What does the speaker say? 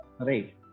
right